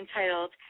entitled